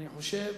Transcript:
אני חושב